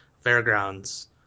Fairgrounds